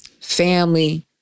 family